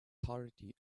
authority